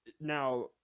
Now